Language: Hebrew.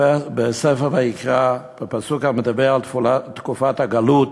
בספר ויקרא, פסוק המדבר על תקופת הגלות: